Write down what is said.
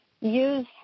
use